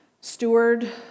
steward